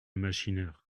machineur